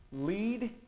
lead